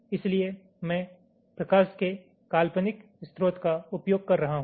इसलिए मैं प्रकाश के काल्पनिक स्रोत का उपयोग कर रहा हूं